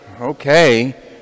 okay